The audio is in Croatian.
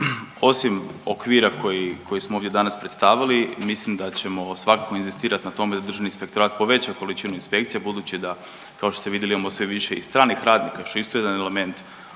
Osim okvira koji, koji smo ovdje danas predstavili mislim da ćemo svakako inzistirat na tome da državni inspektorat poveća količinu inspekcije budući da kao što ste vidjeli imamo sve više i stranih radnika što je isto jedan element